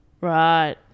Right